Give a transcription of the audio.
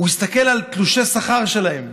הוא הסתכל על תלושי השכר שלהם: